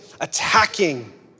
attacking